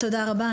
תודה רבה.